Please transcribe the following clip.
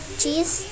cheese